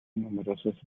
numerosas